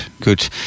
good